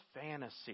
fantasy